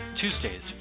Tuesdays